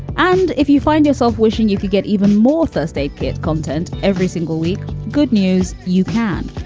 and if you find yourself wishing you could get even more thursday, get content every single week. good news you can.